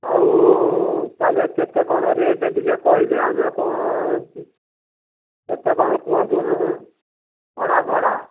ଆଉ ତାହାଲେ କେତେ କଣ ରେଟ୍ ଟିକିଏ କହିଲେ ଆମେ ଆପଣଙ୍କ କେତେ କଣ କୁହନ୍ତୁ ଭଡ଼ା ଭଡ଼ା